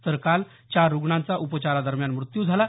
तर काल चार रुग्णांचा उपचारादरम्यान मृत्यू झाला